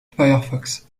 firefox